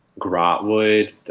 Grotwood